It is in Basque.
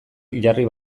jarri